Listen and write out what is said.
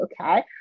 okay